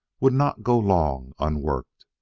would not go long unworked.